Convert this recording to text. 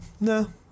No